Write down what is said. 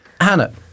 Hannah